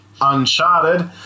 Uncharted